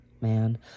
man